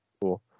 Cool